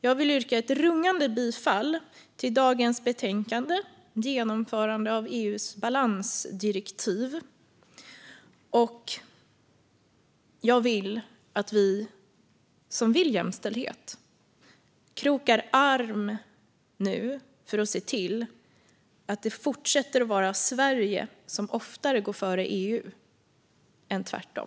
Jag vill yrka ett rungande bifall till utskottets förslag, genomförande av EU:s balansdirektiv, och jag vill att vi som vill se jämställdhet ska kroka arm nu för att se till att det fortsätter att vara Sverige som oftare går före EU än tvärtom.